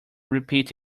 repeat